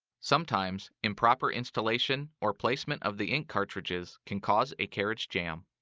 sometimes, improper installation or placement of the ink cartridges can cause a carriage jam.